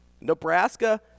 Nebraska